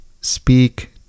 speak